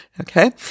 okay